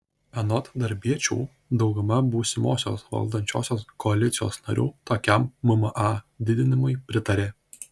anot darbiečių dauguma būsimosios valdančiosios koalicijos narių tokiam mma didinimui pritarė